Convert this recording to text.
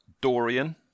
Dorian